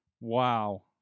Wow